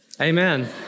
Amen